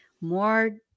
more